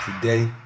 Today